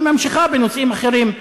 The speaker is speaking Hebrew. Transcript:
היא ממשיכה בנושאים אחרים,